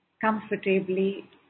comfortably